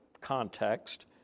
context